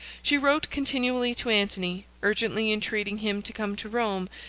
she wrote continually to antony, urgently entreating him to come to rome,